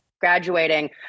graduating